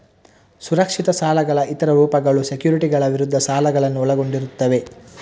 ಸುರಕ್ಷಿತ ಸಾಲಗಳ ಇತರ ರೂಪಗಳು ಸೆಕ್ಯುರಿಟಿಗಳ ವಿರುದ್ಧ ಸಾಲಗಳನ್ನು ಒಳಗೊಂಡಿರುತ್ತವೆ